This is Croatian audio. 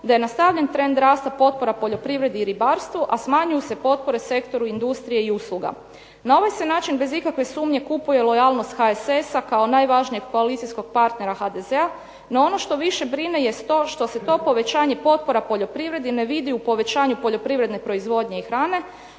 da je nastavljen trend rasta potpora poljoprivredi i ribarstvu, a smanjuju se potpore sektoru industrije i usluga. Na ovaj se način bez ikakve sumnje kupuje lojalnost HSS-a kao najvažnijeg koalicijskog partnera HDZ-a. No ono što više brine jest to što se to povećanje potpora poljoprivredi ne vidi u povećanju poljoprivredne proizvodnje i hrane,